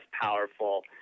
powerful